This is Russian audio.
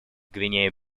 гвинеи